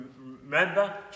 Remember